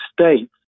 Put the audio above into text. states